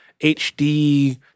HD